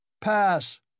Pass